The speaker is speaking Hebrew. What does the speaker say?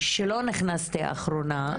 שלא נכנסתי אחרונה,